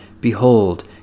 Behold